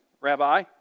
Rabbi